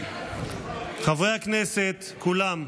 חברי הכנסת כולם.